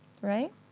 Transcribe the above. Right